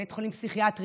בית חולים פסיכיאטרי,